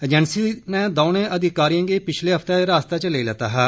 agency नै दौनें अधिकारियें गी पिच्छले हफ्ते हिरासत च लेई लैता हा